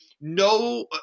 no –